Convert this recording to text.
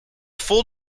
full